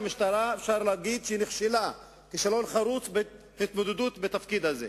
אפשר להגיד שהמשטרה נכשלה כישלון חרוץ בהתמודדות בתפקיד הזה.